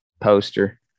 poster